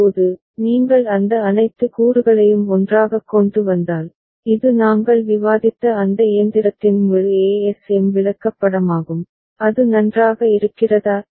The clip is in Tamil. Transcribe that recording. இப்போது நீங்கள் அந்த அனைத்து கூறுகளையும் ஒன்றாகக் கொண்டுவந்தால் இது நாங்கள் விவாதித்த அந்த இயந்திரத்தின் முழு ஏஎஸ்எம் விளக்கப்படமாகும் அது நன்றாக இருக்கிறதா